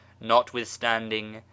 notwithstanding